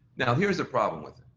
now here's the problem with it.